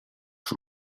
for